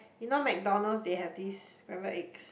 you know McDonald's they have these scramble eggs